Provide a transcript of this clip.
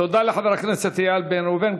תודה לחבר הכנסת איל בן ראובן.